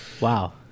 Wow